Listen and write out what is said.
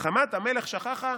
"חמת המלך שככה"